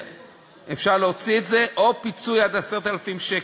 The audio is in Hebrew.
אפשר להוציא את זה, או פיצוי עד 10,000 שקל.